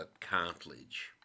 cartilage